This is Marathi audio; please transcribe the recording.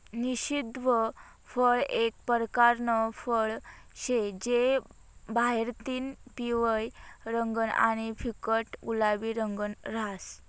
निषिद्ध फळ एक परकारनं फळ शे जे बाहेरतीन पिवयं रंगनं आणि फिक्कट गुलाबी रंगनं रहास